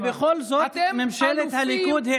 ובכל זאת ממשלת הליכוד,